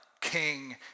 King